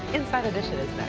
inside edition is